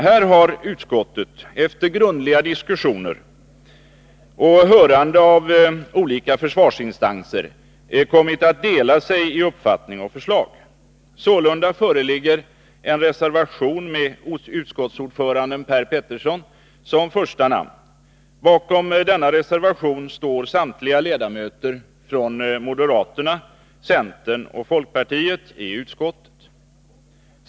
Här har utskottet — efter grundliga diskussioner och hörande av olika försvarsinstanser — kommit att dela sig i uppfattning och förslag. Sålunda föreligger en reservation med utskottsordföranden Per Petersson som första namn. Bakom denna reservation står samtliga ledamöter från moderaterna, centern och folkpartiet i utskottet.